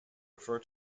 refer